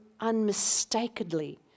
unmistakably